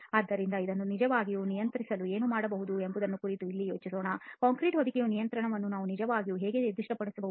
ಆದ್ದರಿಂದ ಇದನ್ನು ನಿಜವಾಗಿಯೂ ನಿಯಂತ್ರಿಸಲು ಏನು ಮಾಡಬಹುದು ಎಂಬುದರ ಕುರಿತು ಈಗ ಯೋಚಿಸೋಣ ಕಾಂಕ್ರೀಟ್ ಹೊದಿಕೆಯ ನಿಯಂತ್ರಣವನ್ನು ನಾವು ನಿಜವಾಗಿ ಹೇಗೆ ನಿರ್ದಿಷ್ಟಪಡಿಸಬಹುದು